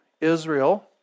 Israel